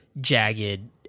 jagged